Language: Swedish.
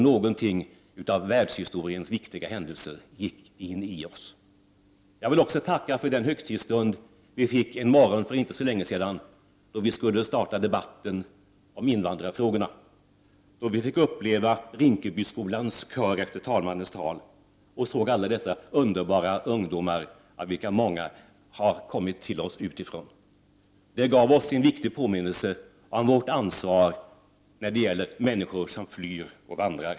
En av världshistoriens viktiga händelser gick in i vårt medvetande. Jag vill också tacka för den högtidsstund vi fick en morgon för inte så länge sedan då vi inledde debatten om invandrarfrågorna. Vi fick efter talmannens tal höra Rinkebyskolans kör. Vi såg alla dessa underbara ungdomar av vilka många har kommit till oss utifrån. Det gav oss en viktig påminnelse om vårt ansvar när det gäller människor som flyr och vandrar.